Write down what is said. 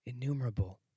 innumerable